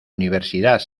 universidad